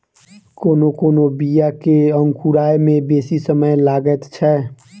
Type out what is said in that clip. कोनो कोनो बीया के अंकुराय मे बेसी समय लगैत छै